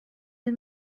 den